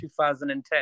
2010